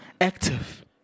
Active